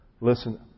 Listen